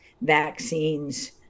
vaccines